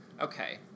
Okay